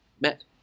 met